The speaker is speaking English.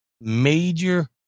major